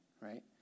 right